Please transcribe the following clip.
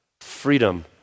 freedom